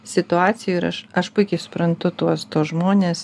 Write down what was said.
situacijų ir aš aš puikiai suprantu tuos tuos žmones